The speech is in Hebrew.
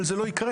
אבל זה לא יקרה.